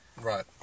Right